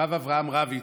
הרב אברהם רביץ,